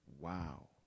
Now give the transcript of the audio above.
Wow